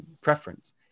preference